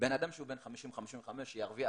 בן אדם בן 50, 55, שהרוויח